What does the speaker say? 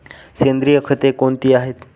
सेंद्रिय खते कोणती आहेत?